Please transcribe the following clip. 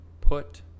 put